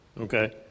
Okay